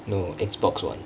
no X box one